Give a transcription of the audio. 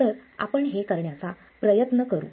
तर आपण हे करण्याचा प्रयत्न करू